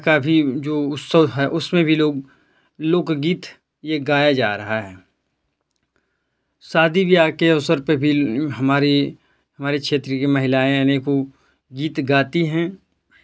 का भी जो उत्सव है उसमें भी लोग लोकगीत ये गाया जा रहा है शादी ब्याह के अवसर पे भी हमारे क्षेत्र की महिलाएं अनेको गीत गाती है